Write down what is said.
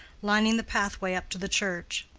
lining the pathway up to the church.